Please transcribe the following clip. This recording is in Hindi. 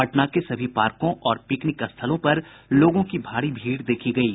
पटना के सभी पार्कों और पिकनिक स्थलों पर लोगों की भारी भीड़ देखी गयी